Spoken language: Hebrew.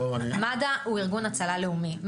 מד"א הוא ארגון הצלה לאומי,